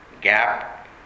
gap